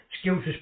skills